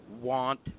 want